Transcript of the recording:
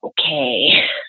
okay